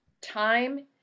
time